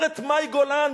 אומרת מאי גולן,